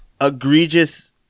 egregious